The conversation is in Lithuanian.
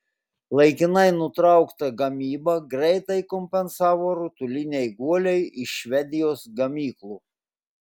laikinai nutrauktą gamybą greitai kompensavo rutuliniai guoliai iš švedijos gamyklų